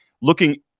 Looking